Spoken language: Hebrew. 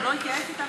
הוא לא התייעץ איתנו